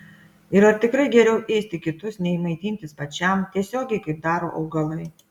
ir ar tikrai geriau ėsti kitus nei maitintis pačiam tiesiogiai kaip daro augalai